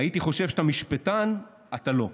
הייתי חושב שמשפטן אתה לא.